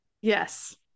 Yes